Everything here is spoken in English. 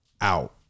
out